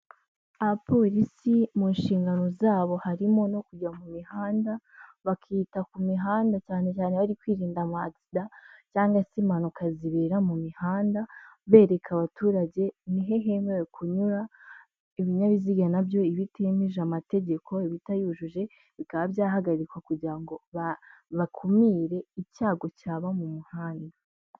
Abapolisi mu nshingano zabo harimo no kujya mu mihanda bakita ku mihanda cyane cyane bari kwirinda amakisida cyangwa se impanuka zibera mu mihanda, bereka abaturage ni he hemewe kunyura ibinyabiziga nabyo ibitemeje amategeko, ibitayujuje bikaba byahagarikwa kugira ngo babakumire icyago cyaba mu muhanda.